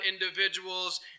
individuals